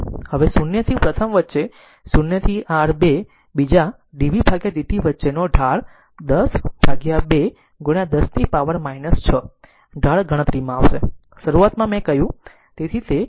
તેથી 0 થી પ્રથમ વચ્ચે 0 થી r 2 બીજા dvt dt વચ્ચેની ઢાળ 10 ભાગ્યા 2 10 ની પાવર 6 ઢાળ ગણતરીમાં આવશે શરૂઆતમાં મેં કહ્યું